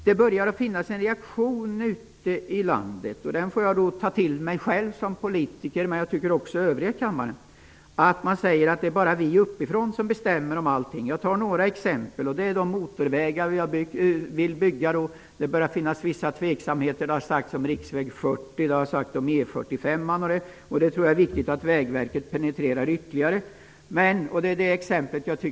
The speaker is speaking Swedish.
Det börjar uppstå en reaktion ute i landet, som jag själv som politiker men även övriga här i kammaren bör fundera över, mot att vi uppifrån bestämmer om allting. Låt mig ge några exempel. Det börjar uppstå vissa tveksamheter omkring några motorvägsbyggen, bl.a. om riksväg 40 och om E 45. Det är viktigt att Vägverket ytterligare penetrerar dessa projekt.